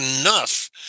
enough